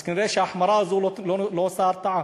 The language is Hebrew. אז כנראה ההחמרה הזאת לא עושה הרתעה.